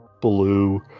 blue